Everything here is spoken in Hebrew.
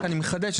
אני רק מחדד.